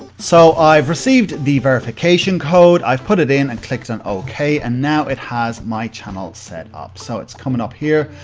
so, i've received the verification code, i've put it in and clicked on ok and, now, it has my channel set up. so, it's coming up here,